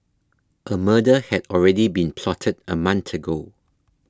a murder had already been plotted a month ago